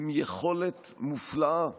עם יכולת מופלאה